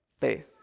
faith